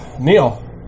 Neil